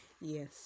Yes